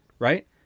right